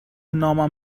نامم